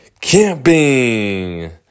camping